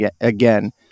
again